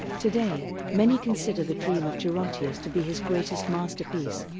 today, many consider the dream of gerontius to be his greatest masterpiece.